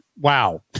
wow